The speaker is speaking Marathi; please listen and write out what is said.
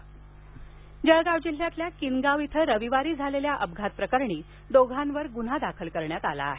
अपघात जळगाव जिल्ह्यातील किनगाव इथं रविवारी झालेल्या अपघात प्रकरणी दोघांवर गुन्हा दाखल करण्यात आला आहे